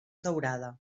daurada